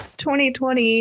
2020